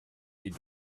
die